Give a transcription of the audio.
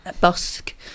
busk